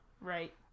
Right